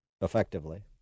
effectively